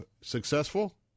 Successful